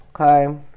Okay